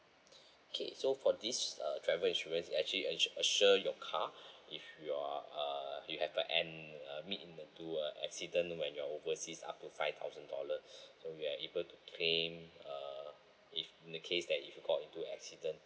okay so for this uh travel insurance it actually as~ assure your car if you're uh you have an meet into a accident when you're overseas up to five thousand dollar so you are able to claim err if the case that you got into accident